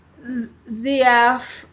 ZF